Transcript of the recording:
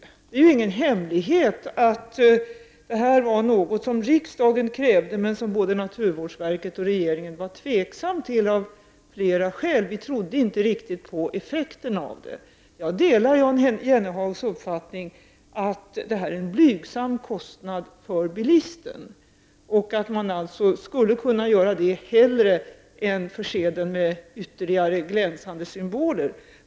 Men det är ingen hemlighet att detta var något som riksdagen krävde men som både naturvårdsverket och regeringen var tveksamma till av flera skäl. Vi trodde inte riktigt på effekten av detta. Jag delar Jan Jennehags uppfattning att det handlar om en blygsam kostnad för bilisten och att bilisten hellre borde göra detta än att förse bilen med ytterligare glänsande symboler.